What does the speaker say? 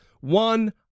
One